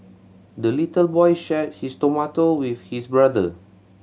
the little boy shared his tomato with his brother